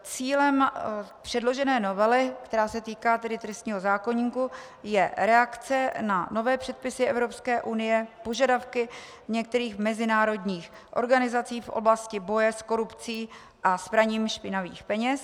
Cílem předložené novely, která se týká trestního zákoníku, je reakce na nové předpisy Evropské unie, požadavky některých mezinárodních organizací v oblasti boje s korupcí a s praním špinavých peněz.